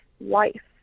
life